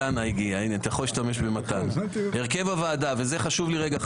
הוועדה וזה חשוב לי רגע,